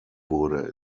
wurde